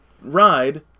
ride